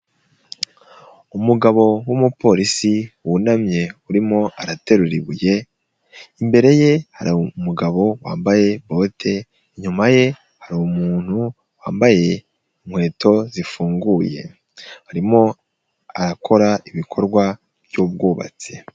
Umugabo w'umupolisi, wunamye urimo araterura ibuye, imbere ye hari umugabo wambaye bote, inyuma ye hari umuntu wambaye inkweto zifunguye, arimo arakora ibikorwa by'ubwubatsi.